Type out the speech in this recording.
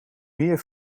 meer